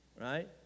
Right